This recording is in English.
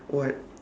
what